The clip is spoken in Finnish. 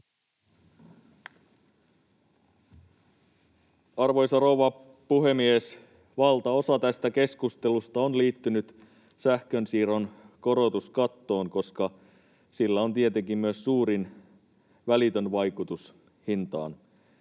Arvoisa rouva puhemies! Valtaosa tästä keskustelusta on liittynyt sähkönsiirron korotuskattoon, koska sillä on tietenkin myös suurin välitön vaikutus hintaan.